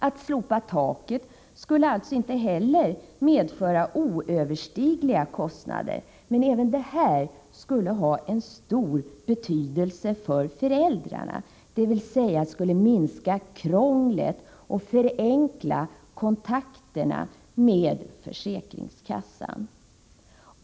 Att slopa taket skulle alltså inte heller medföra oöverstigliga kostnader, men det skulle ha stor betydelse för föräldrarna, dvs. minska krånglet och förenkla deras kontakter med försäkringskassan.